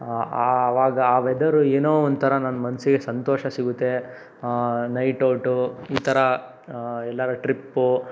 ಆವಾಗ ಆ ವೆದರು ಏನೋ ಒಂಥರ ನನ್ನ ಮನಸ್ಸಿಗೆ ಸಂತೋಷ ಸಿಗುತ್ತೆ ನೈಟ್ ಔಟು ಈ ಥರ ಎಲ್ಲಾರೂ ಟ್ರಿಪ್ಪು